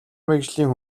мэргэжлийн